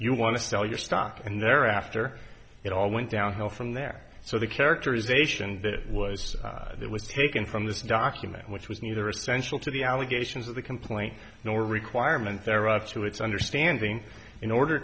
you want to sell your stock and thereafter it all went downhill from there so the characterization that it was that was taken from this document which was neither essential to the allegations of the complaint nor requirement there up to its understanding in order